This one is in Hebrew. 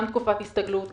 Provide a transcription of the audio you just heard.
גם תקופת הסתגלות,